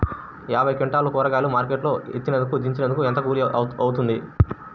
యాభై క్వింటాలు కూరగాయలు మార్కెట్ లో ఎత్తినందుకు, దించినందుకు ఏంత కూలి అవుతుంది?